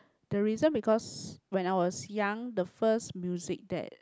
the reason because when I was young the first music that